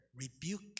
rebuke